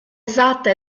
esatta